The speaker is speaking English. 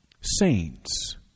saints